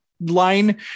line